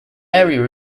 area